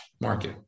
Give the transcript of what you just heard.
market